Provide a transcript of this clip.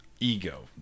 ego